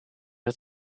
het